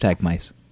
mice